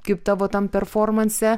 kaip tavo tam performanse